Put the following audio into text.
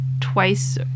twice